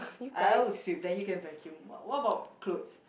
I would sweep then you can vacuum what what about clothes